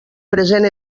present